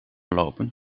lopen